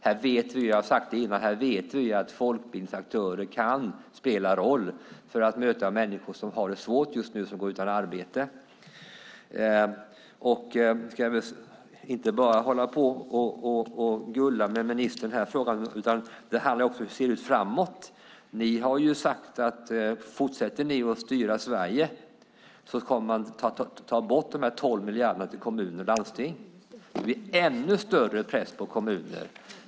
Här vet vi - jag har sagt det förut - att folkbildningens aktörer kan spela roll för att möta människor som just nu har det svårt, som går utan arbete. Jag ska inte bara hålla på och gulla med ministern i den här frågan. Det handlar också om hur det ser ut framåt. Ni har sagt att ni, om ni fortsätter att styra Sverige, kommer att ta bort de 12 miljarderna till kommuner och landsting. Det blir en ännu större press på kommuner.